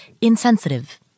insensitive